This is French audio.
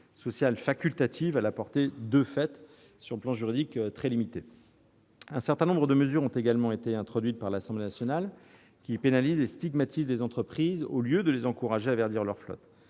sociales lui donne une portée juridique de fait très limitée. Un certain nombre de mesures ont également été introduites par l'Assemblée nationale qui pénalisent et stigmatisent les entreprises au lieu de les encourager à verdir leurs flottes.